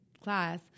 class